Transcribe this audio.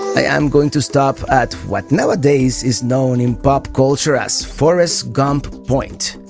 i am going to stop at what nowadays is known in pop culture as forest gump point.